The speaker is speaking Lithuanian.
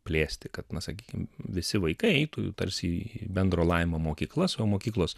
plėsti kad na sakykim visi vaikai eitų į tarsi į bendro lavinimo mokyklas o mokyklos